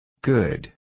Good